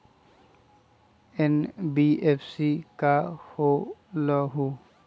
NBFC का होलहु?